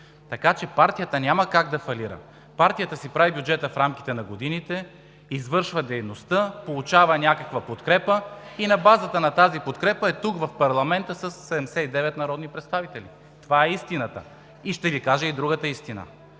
запишем. Партията няма как да фалира. Партията си прави бюджета в рамките на годините, извършва дейността, получава някаква подкрепа и на базата на тази подкрепа е тук, в парламента, със 79 народни представители – това е истината. Ще Ви кажа и другата истина,